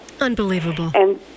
Unbelievable